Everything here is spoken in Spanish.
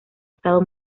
estado